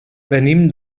venim